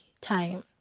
time